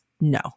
no